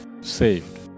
saved